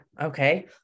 Okay